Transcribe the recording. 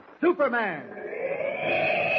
Superman